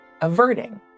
averting